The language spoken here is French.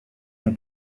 mon